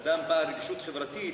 אדם בעל רגישות חברתית,